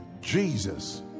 jesus